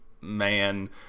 man